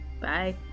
Bye